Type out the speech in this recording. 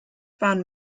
found